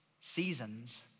seasons